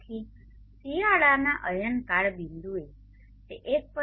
તેથી શિયાળાના અયનકાળ બિંદુએ તે 1